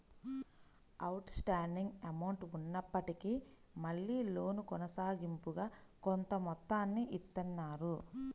out standing amount ఉన్నప్పటికీ మళ్ళీ loan కొనసాగింపుగా కొంత మొత్తాన్ని ఇత్తన్నారు